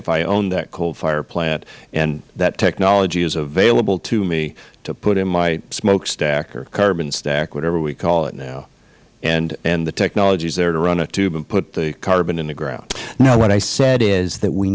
if i owned that coal fire plant and that technology is available to me to put in my smoke stack or carbon stack whatever we call it now and the technology is there to run a tube and put the carbon in the ground mister clapp no what i said is that we